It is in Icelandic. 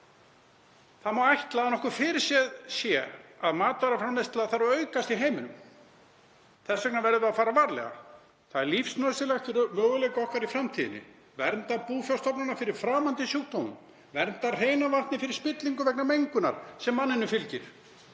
Það má ætla að nokkuð fyrirséð sé að matvælaframleiðsla þurfi að aukast í heiminum. Þess vegna verðum við að fara varlega. Það er lífsnauðsynlegt fyrir möguleika okkar í framtíðinni að vernda búfjárstofna fyrir framandi sjúkdómum, vernda hreina vatnið fyrir spillingu vegna mengunar sem manninum fylgir.